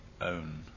own